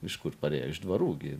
iš kur parėjo iš dvarų gi